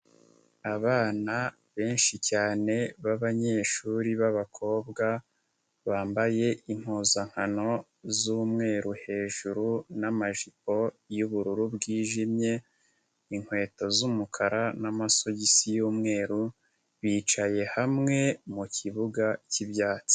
Abana benshi cyane b'abanyeshuri b'abakobwa, bambaye impuzankano z'umweru hejuru n'amajipo y'ubururu bwijimye, inkweto z'umukara n'amasogisi y'umweru, bicaye hamwe mu kibuga k'ibyatsi.